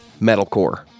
metalcore